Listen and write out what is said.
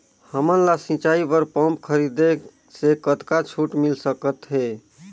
हमन ला सिंचाई बर पंप खरीदे से कतका छूट मिल सकत हे?